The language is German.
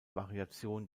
variation